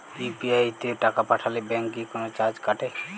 UPI তে টাকা পাঠালে ব্যাংক কি কোনো চার্জ কাটে?